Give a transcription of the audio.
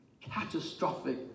catastrophic